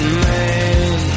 man